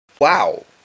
wow